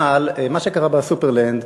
אבל מה שקרה ב"סופרלנד",